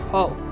Paul